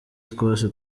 twose